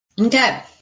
Okay